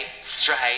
straight